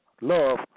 love